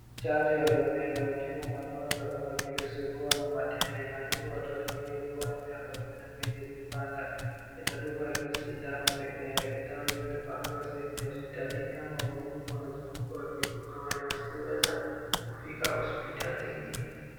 Chanjo ya rubela, hutibu magonjwa kama vile suruwa na matende, inadungwa watoto waliokuwa na miaka kumi na mbili kupanda. Inadungwa sindano peke yake, Dawa zimepangwa sehemu ya hospitalini au ni wahudumu wanazunguka wakidunga wale wasioweza kufika hospitalini.